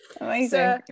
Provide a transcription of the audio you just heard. amazing